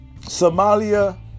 somalia